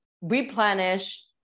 replenish